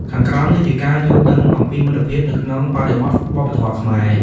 ខាងក្រោមនេះជា ការយល់ដឹងអំពីមិត្តភាពនៅក្នុងបរិបទវប្បធម៌ខ្មែរ។